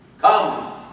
Come